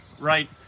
right